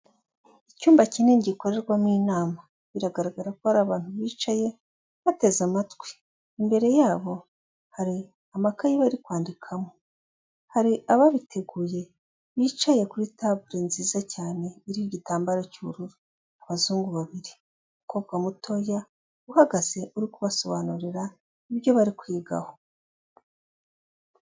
Icyumba kinini gikorerwamo inama, biragaragara ko hari abantu bicaye bateze amatwi, imbere yabo hari amakayi bari kwandikamo, hari ababiteguye bicaye kuri table nziza cyane iriho igitambaro cy'ubururu, abazungu babiri, umukobwa mutoya uhagaze uri kubasobanurira ibyo bari kwigaho.